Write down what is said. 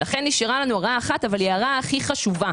נשארה לנו הערה אחת, אבל היא ההערה הכי חשובה.